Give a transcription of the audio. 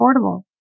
affordable